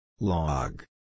Log